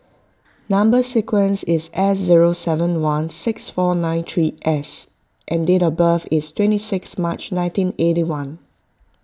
Number Sequence is S zero seven one six four nine three S and date of birth is twenty six March nineteen eighty one